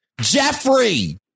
Jeffrey